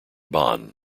bonn